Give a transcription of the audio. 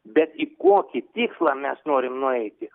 bet į kokį tikslą mes norim nueiti